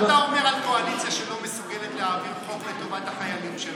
מה אתה אומר על קואליציה שלא מסוגלת להעביר חוק לטובת החיילים שלה?